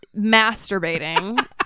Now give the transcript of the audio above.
masturbating